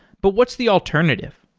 but what's the alternative?